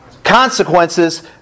Consequences